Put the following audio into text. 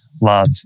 love